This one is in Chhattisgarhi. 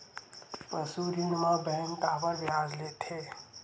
पशु ऋण म बैंक काबर ब्याज लेथे?